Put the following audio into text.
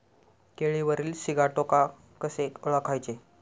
केळीवरील सिगाटोका कसे ओळखायचे?